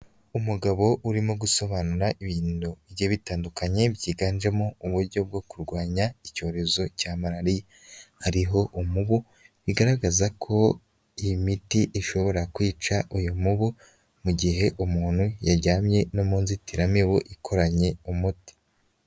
Umugabo urimo gusobanura ibintu bigiye bitandukanye byiganjemo uburyo bwo kurwanya icyorezo cya malariya. Hariho umubu bigaragaza ko iyi miti ishobora kwica uyu mubu mu gihe umuntu yaryamye no mu nzitiramibu ikoranye umuti.